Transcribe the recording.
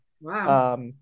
Wow